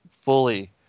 fully